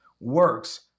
works